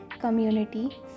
community